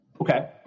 Okay